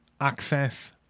access